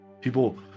people